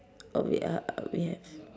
oh ya we have